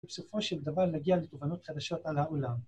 בסופו של דבר להגיע לתובנות חדשות על העולם.